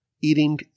eating